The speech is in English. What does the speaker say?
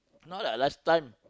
not like last time